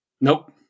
Nope